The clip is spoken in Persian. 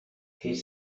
هیچ